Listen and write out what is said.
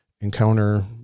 encounter